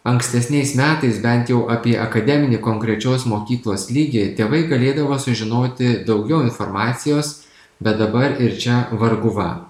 ankstesniais metais bent jau apie akademinį konkrečios mokyklos lygį tėvai galėdavo sužinoti daugiau informacijos bet dabar ir čia varguva